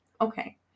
Okay